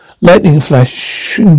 lightning-flash